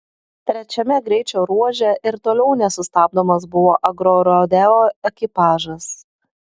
trečiame greičio ruože ir toliau nesustabdomas buvo agrorodeo ekipažas